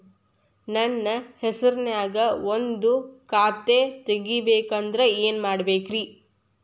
ನನ್ನ ಹೆಸರನ್ಯಾಗ ಒಂದು ಖಾತೆ ತೆಗಿಬೇಕ ಅಂದ್ರ ಏನ್ ಮಾಡಬೇಕ್ರಿ?